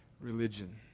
religion